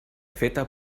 feta